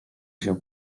się